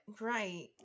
right